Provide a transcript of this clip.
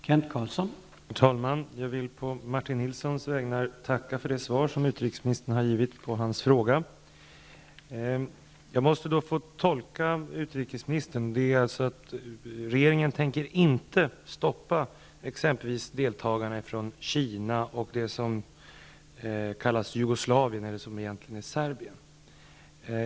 Herr talman! Jag vill på Martin Nilssons vägnar tacka för det svar som utrikesministern gett på hans fråga. Jag tolkar utrikesministerns svar så att regeringen inte tänker stoppa exempelvis deltagarna från Kina och från det som kallas för Jugoslavien men som egentligen är Serbien.